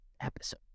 episode